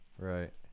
Right